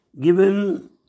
given